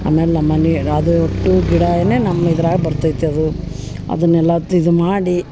ಆಮೇಲೆ ನಮ್ಮ ಮನೆ ಅದು ಅಷ್ಟು ಗಿಡವೇ ನಮ್ಮ ಇದ್ರಾಗ ಬರ್ತೈತಿ ಅದು ಅದನ್ನೆಲ್ಲ ಇದು ಮಾಡಿ